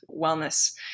wellness